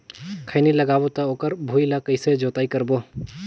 खैनी लगाबो ता ओकर भुईं ला कइसे जोताई करबो?